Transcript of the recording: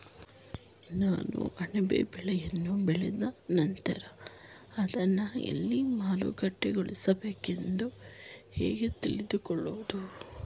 ನಾನು ಅಣಬೆ ಬೆಳೆಯನ್ನು ಬೆಳೆದ ನಂತರ ಅದನ್ನು ಎಲ್ಲಿ ಮಾರುಕಟ್ಟೆಗೊಳಿಸಬೇಕು ಎಂದು ಹೇಗೆ ತಿಳಿದುಕೊಳ್ಳುವುದು?